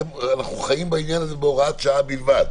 שצריך גם טביעות אצבע וגם זיהוי פנים אנחנו בהוראת שעה בלבד.